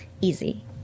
Easy